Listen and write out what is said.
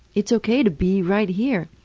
it's ok to be right here.